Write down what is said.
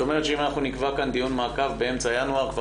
זאת אומרת שאם נקבע כאן ישיבת מעקב באמצע ינואר כבר